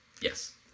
Yes